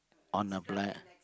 on a blind